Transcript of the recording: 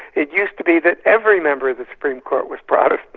it used to be that every member of the supreme court was protestant.